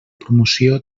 promoció